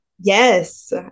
Yes